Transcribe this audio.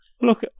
Look